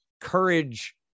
courage